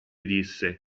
disse